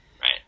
Right